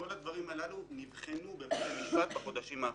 כל הדברים הללו נבחנו בבית המשפט בחודשים האחרונים.